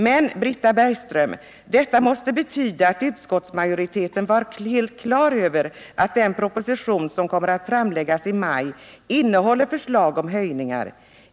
Men, Britta Bergström, detta måste betyda att utskottsmajoriteten var helt klar över att den proposition som kommer att framläggas i maj innehåller förslag om höjningar.